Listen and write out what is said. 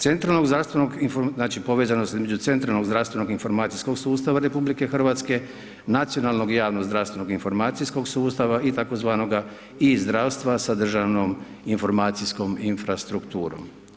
Centralna zdravstvenog, znači povezanost između centralnog, zdravstvenog i informacijskog sustava RH, nacionalnog i javnog zdravstvenog sustava i tzv. e-zdravstva sa državnom informacijskom infrastrukturom.